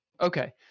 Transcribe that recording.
Okay